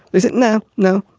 is it now? no,